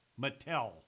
Mattel